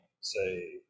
say